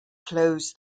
close